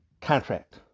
contract